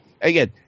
Again